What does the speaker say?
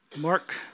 Mark